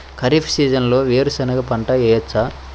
ఖరీఫ్ సీజన్లో వేరు శెనగ పంట వేయచ్చా?